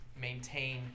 maintain